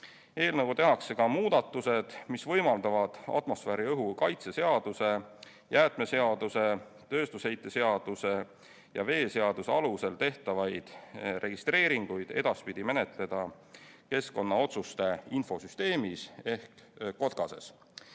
Eelnõuga tehakse ka muudatused, mis võimaldavad atmosfääriõhu kaitse seaduse, jäätmeseaduse, tööstusheite seaduse ja veeseaduse alusel tehtavaid registreeringuid edaspidi menetleda keskkonnaotsuste infosüsteemis KOTKAS.